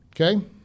Okay